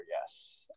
yes